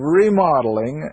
remodeling